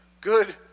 good